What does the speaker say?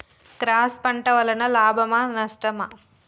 Cross పంట వలన లాభమా నష్టమా?